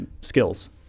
skills